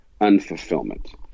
unfulfillment